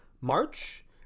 March